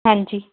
ਹਾਂਜੀ